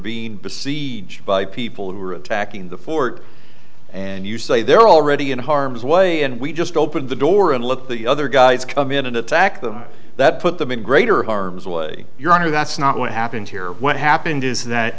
being besieged by people who are attacking the fort and you say they're already in harm's way and we just open the door and let the other guys come in and attack them that put them in greater harm's way your honor that's not what happened here what happened is that